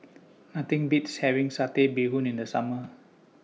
Nothing Beats having Satay Bee Hoon in The Summer